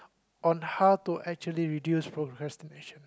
on how to actually reduce procrastination